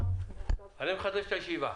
13:29 ונתחדשה בשעה 13:29.) אני מחדש את הישיבה.